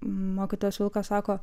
mokytojas vilkas sako